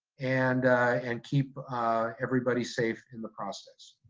and and keep everybody safe in the process.